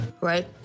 right